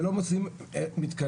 ולא מוצאים מתקנים.